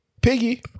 Piggy